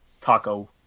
taco